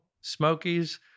Smokies